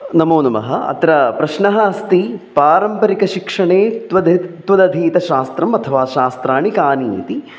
नमोनमः अत्र प्रश्नः अस्ति पारम्परिकशिक्षणे त्वधत् त्वदधीतं शास्त्रम् अथवा शास्त्राणि कानि इति